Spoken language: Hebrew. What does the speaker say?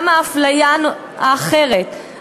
גם האפליה האחרת,